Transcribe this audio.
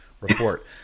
report